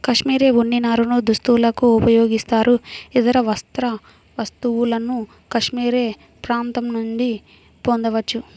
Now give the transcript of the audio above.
cashmere ఉన్ని నారను దుస్తులకు ఉపయోగిస్తారు, ఇతర వస్త్ర వస్తువులను కాష్మెరె ప్రాంతం నుండి పొందవచ్చు